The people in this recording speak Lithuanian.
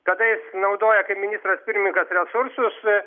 kada jis naudoja kaip ministras pirmininkas resursus